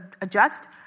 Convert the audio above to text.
adjust